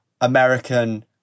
American